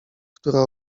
która